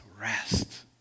rest